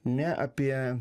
ne apie